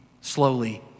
slowly